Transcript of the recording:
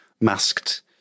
masked